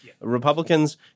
Republicans